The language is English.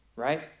Right